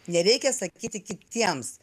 nereikia sakyti kitiems